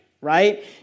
right